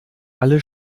alle